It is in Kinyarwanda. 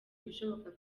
ibishoboka